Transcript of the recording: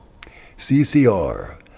CCR